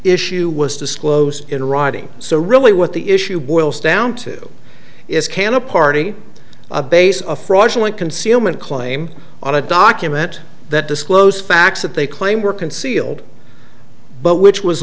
issue was disclosed in writing so really what the issue boils down to is can a party base a fraudulent concealment claim on a document that disclose facts that they claim were concealed but which was